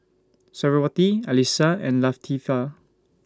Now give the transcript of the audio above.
Suriawati Alyssa and Latifa